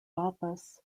office